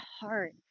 heart